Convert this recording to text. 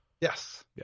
Yes